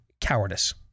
cowardice